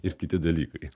ir kiti dalykai